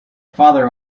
father